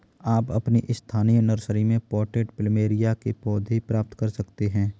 आप अपनी स्थानीय नर्सरी में पॉटेड प्लमेरिया के पौधे प्राप्त कर सकते है